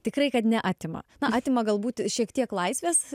tikrai kad neatima na atima galbūt šiek tiek laisvės